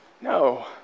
No